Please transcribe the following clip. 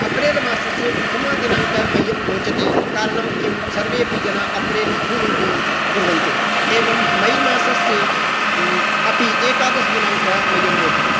अप्रेलमासस्य प्रथमदिनाङ्कः मह्यं रोचते कारणं किं सर्वे अपि जनाः अप्रेल् फ़ूल् इति कुर्वन्ति एवं मेमासस्य अपि एकादसदिनाङ्कः मह्यं रोचते